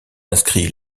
inscrit